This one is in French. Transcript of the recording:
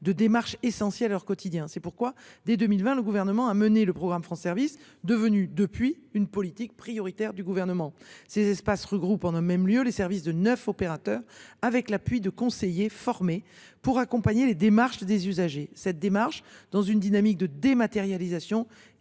de démarches essentielles à leur quotidien. C’est pourquoi, dès 2020, le Gouvernement a engagé le programme France Services, devenu depuis une politique prioritaire du Gouvernement. Les maisons France Services regroupent en un même lieu les services de neuf opérateurs avec l’appui de conseillers formés pour accompagner les démarches des usagers. Dans un contexte de dématérialisation,